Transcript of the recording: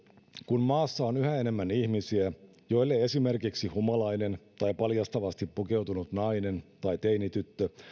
kun maassa on yhä enemmän ihmisiä joille esimerkiksi humalainen tai paljastavasti pukeutunut nainen tai teinityttö